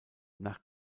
nach